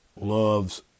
loves